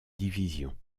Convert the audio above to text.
division